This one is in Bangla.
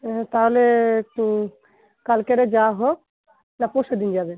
হুম তাহলে একটু কালকেরে যাওয়া হোক না পরশু দিন যাবে